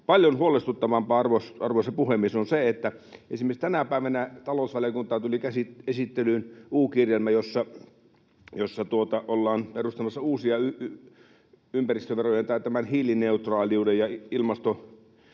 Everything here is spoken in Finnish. Paljon huolestuttavampaa, arvoisa puhemies, on se, että esimerkiksi tänä päivänä talousvaliokuntaan tuli esittelyyn U-kirjelmä, jossa ollaan perustamassa uusia ympäristöverojen tai tämän hiilineutraaliuden ja päästökaupan